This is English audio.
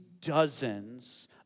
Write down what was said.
dozens